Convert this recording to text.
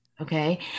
okay